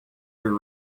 her